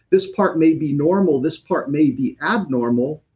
this part may be normal. this part may be abnormal,